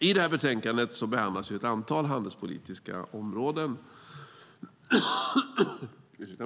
I detta betänkande behandlas ett antal handelspolitiska områden.